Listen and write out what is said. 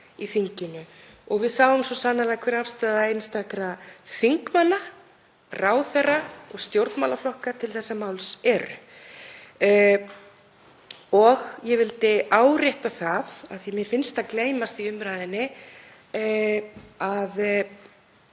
í þinginu. Við sáum svo sannarlega hver afstaða einstakra þingmanna, ráðherra og stjórnmálaflokka til þessa máls er. Ég vildi árétta það, af því að mér finnst gleymast í umræðunni, að